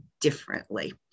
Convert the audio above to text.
differently